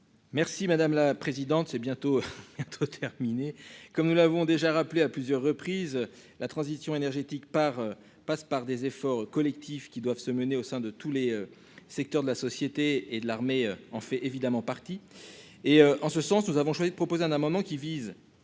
Merci madame la présidente, c'est bientôt. Terminé comme nous l'avons déjà rappelé à plusieurs reprises la transition énergétique par passe par des efforts collectifs qui doivent se mener au sein de tous les secteurs de la société et de l'armée en fait évidemment partie. Et en ce sens nous avons choisi de proposer un amendement qui vise